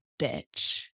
bitch